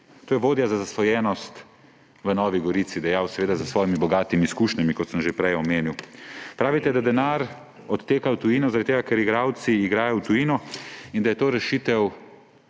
To je vodja za zasvojenost v Novi Gorici dejal, seveda s svojimi bogatimi izkušnjami, kot sem že prej omenil. Pravite, da denar odteka v tujino zaradi tega, ker igralci igrajo v tujini, in da je to rešitev,